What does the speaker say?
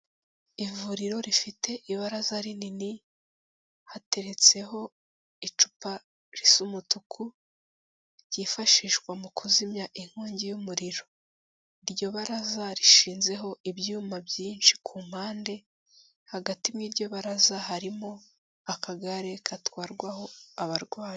Ivuriro rifite ibaraza rinini, hateretseho icupa risa umutuku, ryifashishwa mu kuzimya inkongi y'umuriro, iryo baraza rishinzeho ibyuma byinshi ku mpande, hagati muri iryo baraza, harimo akagare gatwarwaho abarwayi.